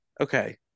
okay